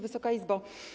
Wysoka Izbo!